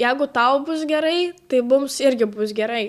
jeigu tau bus gerai tai mums irgi bus gerai